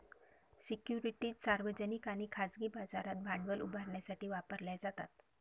securities सार्वजनिक आणि खाजगी बाजारात भांडवल उभारण्यासाठी वापरल्या जातात